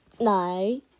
No